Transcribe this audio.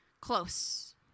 close